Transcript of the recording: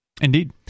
indeed